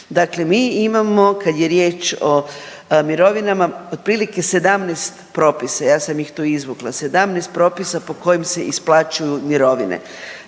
dakle mi imamo kad je riječ o mirovinama otprilike 17 propisa, ja sam ih tu izvukla, 17 propisa po kojim se isplaćuju mirovine.